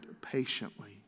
patiently